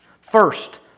First